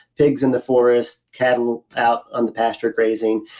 pigs in the forest, cattle out on the pasture grazing.